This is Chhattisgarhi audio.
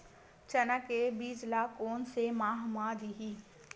चना के बीज ल कोन से माह म दीही?